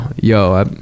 yo